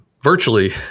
Virtually